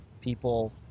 people